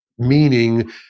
meaning